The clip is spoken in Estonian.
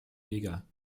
viga